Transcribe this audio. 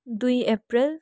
दुई अप्रेल